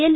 L